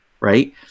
Right